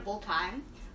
time